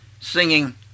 singing